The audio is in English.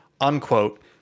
unquote